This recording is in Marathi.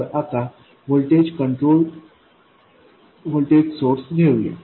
तर आता व्होल्टेज कंट्रोलड व्होल्टेज सोर्स घेऊया